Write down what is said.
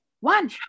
One